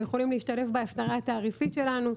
הם יכולים להשתלב באסדרה התעריפית שלנו,